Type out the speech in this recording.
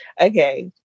Okay